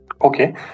Okay